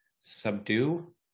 subdue